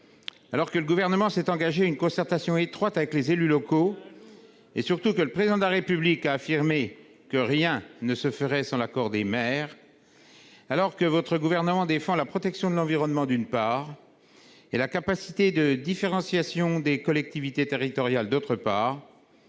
alors que le Gouvernement s'est engagé à une concertation étroite avec les élus locaux et que le président de la République a affirmé que rien ne se ferait sans l'accord des maires, alors que votre gouvernement défend, d'une part, la protection de l'environnement et, d'autre part, la capacité de différenciation des collectivités territoriales,